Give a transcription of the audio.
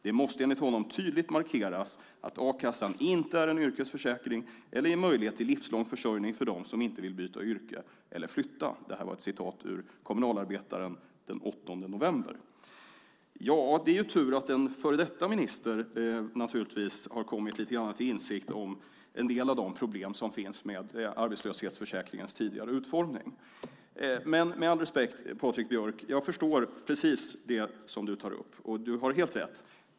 Det måste enligt honom tydligt markeras att a-kassan inte är en yrkesförsäkring och inte ger möjlighet till livslång försörjning för dem som inte vill byta yrke eller flytta. Dessa uppgifter har hämtats ur Kommunalarbetarens utgåva den 8 november. Det är tur att en före detta minister lite grann kommit till insikt om en del av de problem som finns med arbetslöshetsförsäkringens tidigare utformning. Med all respekt, Patrik Björck: Jag förstår precis det som du tar upp. Du har helt rätt.